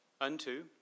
unto